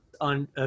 on